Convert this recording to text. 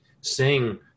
sing